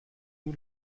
nur